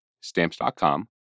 Stamps.com